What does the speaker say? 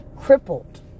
crippled